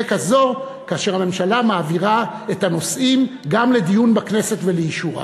כזאת כאשר הממשלה מעבירה את הנושאים גם לדיון בכנסת ולאישורה.